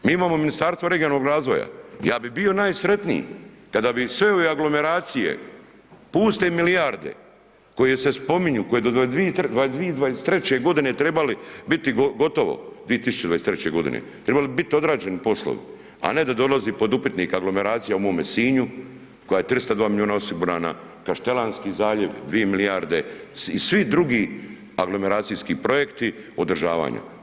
Mi imamo Ministarstvo regionalnog razvoja, ja bi bio najsretniji kada bi sve ove aglomeracije, puste milijarde koje se spominju, koje do 2023. godine trebali biti gotovo, 2023. godine tribali bi biti odrađeni poslovi, a ne da dolazi pod upitnik aglomeracija u mome Sinju koja je 302 miliona osigurana, Kaštelanski zaljev 2 milijarde i svi drugi aglomeracijski projekti održavanja.